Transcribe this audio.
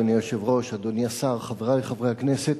אדוני היושב-ראש, אדוני השר, חברי חברי הכנסת,